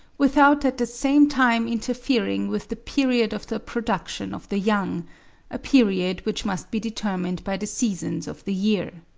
without at the same time interfering with the period of the production of the young a period which must be determined by the seasons of the year.